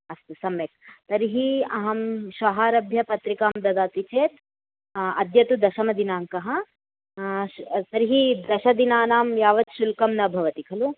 अस्तु सम्यक् तर्हि अहं श्वः आरभ्य पत्रिकां ददाति चेत् अद्यतु दशमदिनाङ्कः तर्हि दशदिनानां यावत् शुल्कं न भवति खलु